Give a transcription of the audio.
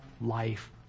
life